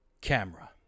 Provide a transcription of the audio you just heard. camera